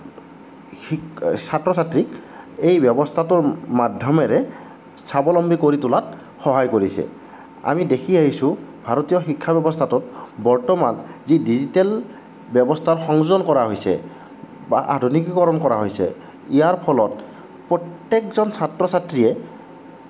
শিক ছাত্ৰ ছাত্ৰীক এই ব্য়ৱস্থাটোৰ মাধ্যমেৰে স্বাৱলম্বী কৰি তোলাত সহায় কৰিছে আমি দেখি আহিছোঁ ভাৰতীয় শিক্ষাব্যৱস্থাটোত বৰ্তমান যি ডিজিটেল ব্যৱস্থাৰ সংযোজন কৰা হৈছে বা আধুনিকীকৰণ কৰা হৈছে ইয়াৰ ফলত প্ৰত্যেকজন ছাত্ৰ ছাত্ৰীয়ে